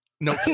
No